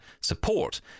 support